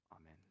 amen